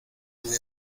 muy